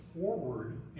forward